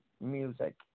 music